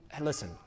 listen